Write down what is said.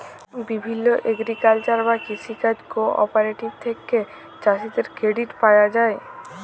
বিভিল্য এগ্রিকালচারাল বা কৃষি কাজ কোঅপারেটিভ থেক্যে চাষীদের ক্রেডিট পায়া যায়